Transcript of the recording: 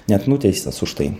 net nuteistas už tai